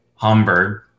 Hamburg